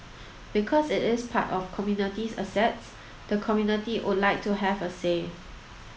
because it is part of community's assets the community would like to have a say